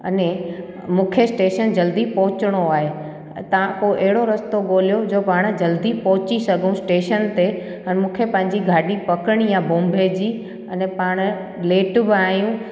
अने मूंखे स्टेशन जल्दी पहुचणो आहे तव्हां पोइ अहिड़ो रस्तो ॻोल्हियो जो पाण जल्दी पहुची सघूं स्टेशन ते ऐं मूंखे पंहिंजी गाॾी पकिड़णी आहे बॉम्बे जी अने पाण लेट बि आहियूं